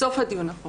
בסוף הדיון.